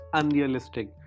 unrealistic